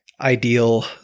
ideal